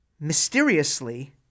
mysteriously